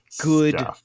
good